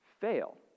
fail